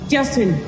Justin